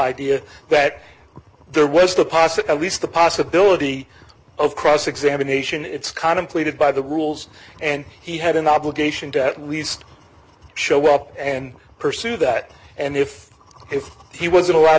idea that there was the possibility the possibility of cross examination it's contemplated by the rules and he had an obligation to at least show up and pursue that and if if he was allowed